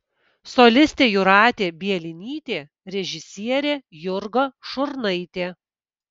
solistė jūratė bielinytė režisierė jurga šurnaitė